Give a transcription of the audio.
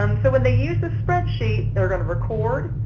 um so when they use a spreadsheet, they're going to record,